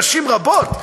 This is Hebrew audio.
נשים רבות,